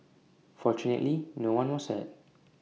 fortunately no one was hurt